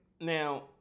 Now